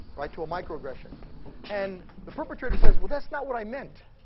like to a microaggression and the perpetrator says, well that's not what i meant.